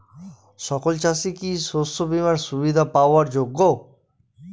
সকল চাষি কি শস্য বিমার সুবিধা পাওয়ার যোগ্য?